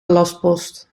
lastpost